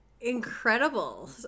incredible